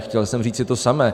Chtěl jsem říci to samé.